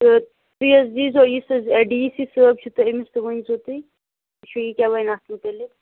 تہٕ تُہۍ حظ دیٖزیو یُس حظ ڈی سی صٲب چھُ تہٕ أمِس تہِ ؤنۍ زیو تُہۍ تُہۍ وچھُو یہِ کیٛاہ وَنہِ اَتھ مُتعلِق